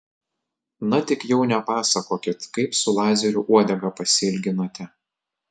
na tik jau nepasakokit kaip su lazeriu uodegą pasiilginote